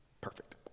Perfect